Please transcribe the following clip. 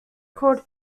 called